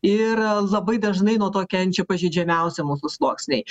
ir labai dažnai nuo to kenčia pažeidžiamiausi mūsų sluoksniai